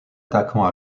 attaquant